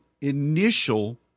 initial